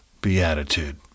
Beatitude